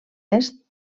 est